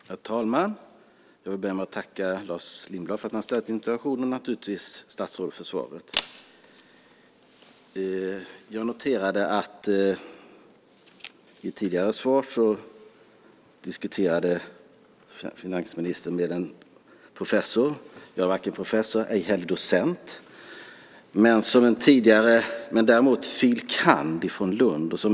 Herr talman! Jag vill börja med att tacka Lars Lindblad för att han ställde interpellationen och naturligtvis statsrådet för svaret. Jag noterade att i ett tidigare svar diskuterade finansministern med en professor. Jag är inte professor, ej heller docent. Men jag är däremot fil. kand. från Lund.